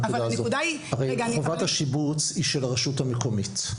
חובת השיבוץ היא של הרשות המקומית.